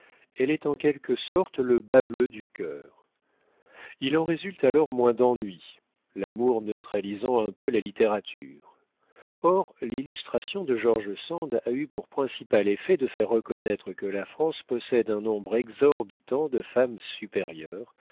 elle est en quelque sorte le bas-bleu du cœur il en résulte alors moins d'ennui l'amour neutralisant un peu la littérature or l'illustration de george sand a eu pour principal effet de faire reconnaître que la france possède un nombre exorbitant de femmes supérieures